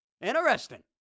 Interesting